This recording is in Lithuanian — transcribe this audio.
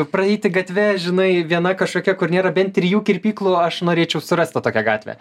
praeiti gatve žinai viena kažkokia kur nėra bent trijų kirpyklų aš norėčiau surast tą tokią gatvę